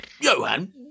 Johan